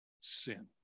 sin